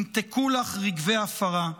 ימתקו לך רגבי עפרה.